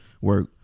work